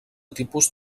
tipus